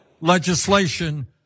legislation